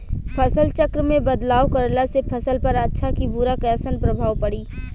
फसल चक्र मे बदलाव करला से फसल पर अच्छा की बुरा कैसन प्रभाव पड़ी?